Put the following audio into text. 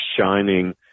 shining